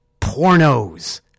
pornos